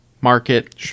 market